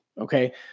Okay